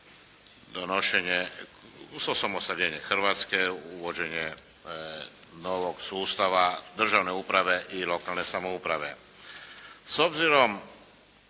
donošenje, uz osamostaljenje Hrvatske, uvođenje novog sustava državne uprave i lokalne samouprave. S obzirom